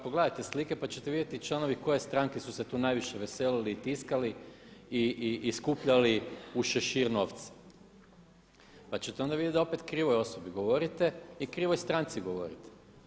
Pogledajte slike, pa ćete vidjeti članovi koje stranke su se tu najviše veselili i tiskali i skupljali u šešir novce, pa ćete onda vidjeti da opet krivoj osobi govorite i krivoj stranci govorite.